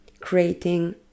creating